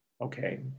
Okay